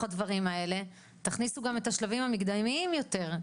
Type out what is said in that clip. הדברים האלה תכניסו גם את השלבים במקדמיים יותר.